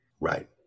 Right